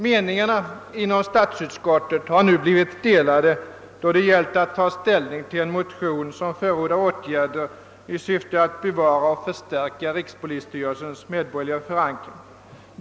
Meningarna inom statsutskottet har nu blivit delade då det gällt att ta ställning till en motion som förordar åtgärder i syfte att bevara och förstärka rikspolisstyrelsens medborgerliga förankring.